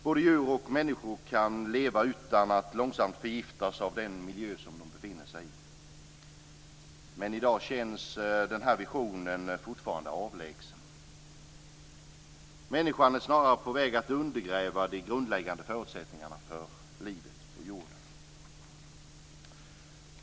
Både djur och människor kan leva utan att långsamt förgiftas av den miljö som de befinner sig i. Men i dag känns den här visionen fortfarande avlägsen. Människan är snarare på väg att undergräva de grundläggande förutsättningarna för livet på jorden.